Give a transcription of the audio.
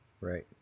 Right